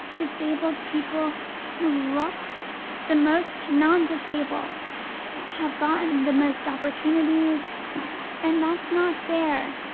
disabled people who look the most non-disabled have gotten the most opportunities and that's not fair.